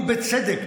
ובצדק,